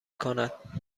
کند